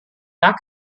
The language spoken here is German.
gar